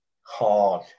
hard